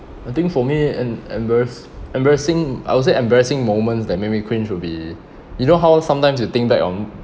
I think for me an embarrass embarrassing I would say embarrassing moments that make me cringe would be you know how sometimes you think back on